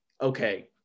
okay